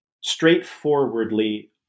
straightforwardly